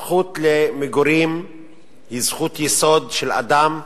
הזכות למגורים היא זכות יסוד של אדם.